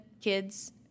kids